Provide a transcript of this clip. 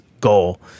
goal